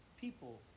people